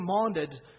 commanded